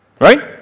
Right